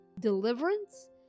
deliverance